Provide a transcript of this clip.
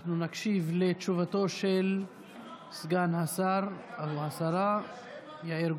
אנחנו נקשיב לתשובתו של סגן השר, או השרה,